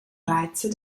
reize